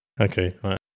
Okay